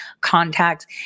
contacts